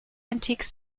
antiques